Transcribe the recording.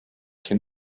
can